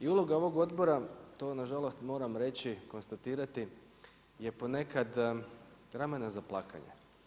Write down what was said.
I uloga ovog Odbora, to nažalost moram reći, konstatirati je ponekad ramena za plakanje.